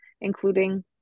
including